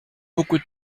beaucoup